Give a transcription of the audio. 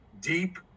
deep